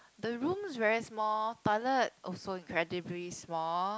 the rooms very small toilet also incredibly small